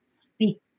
speak